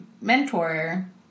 mentor